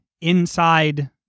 inside